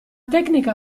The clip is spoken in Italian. tecnica